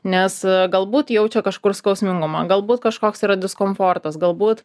nes galbūt jaučia kažkur skausmingumą galbūt kažkoks yra diskomfortas galbūt